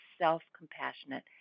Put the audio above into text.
self-compassionate